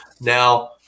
Now